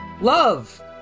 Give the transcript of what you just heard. love